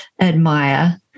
admire